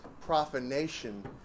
profanation